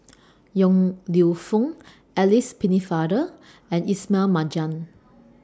Yong Lew Foong Alice Pennefather and Ismail Marjan